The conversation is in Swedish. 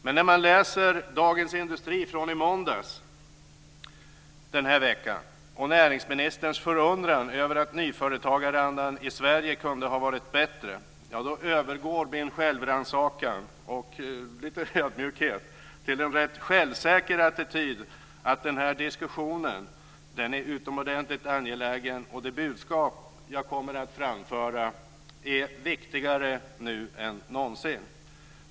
Men när man läser Dagens Industri från i måndags och näringsministerns förundran över att nyföretagarandan i Sverige kunde ha varit bättre, då övergår min självrannsakan och lite ödmjukhet till en rätt självsäker attityd att den här diskussionen är utomordentligt angelägen och att det budskap som jag kommer att framföra är viktigare nu än någonsin.